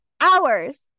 hours